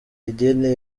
idini